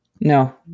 No